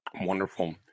Wonderful